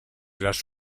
las